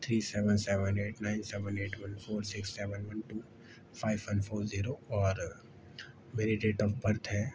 three seven seven eight nine seven eight one four six seven one two five one four zero اور میری date of birth ہے